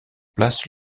place